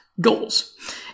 goals